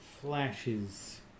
flashes